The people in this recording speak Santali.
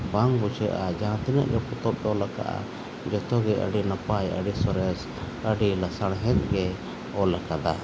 ᱵᱟᱝ ᱵᱩᱡᱷᱟᱹᱜᱼᱟ ᱡᱟᱦᱟᱸ ᱛᱤᱱᱟᱹᱜ ᱜᱮ ᱯᱚᱛᱚᱵᱮ ᱚᱞ ᱟᱠᱟᱜᱼᱟ ᱡᱚᱛᱚ ᱜᱮ ᱟᱹᱰᱤ ᱱᱟᱯᱟᱭ ᱟᱹᱰᱤ ᱥᱚᱨᱮᱥ ᱟᱹᱰᱤ ᱞᱮᱥᱟᱲᱦᱮᱸᱫ ᱜᱮ ᱚᱞᱟᱠᱟᱫᱟᱭ